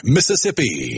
Mississippi